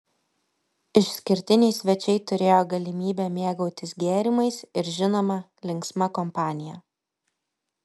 išskirtiniai svečiai turėjo galimybę mėgautis gėrimais ir žinoma linksma kompanija